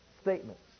statements